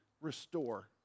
restore